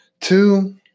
Two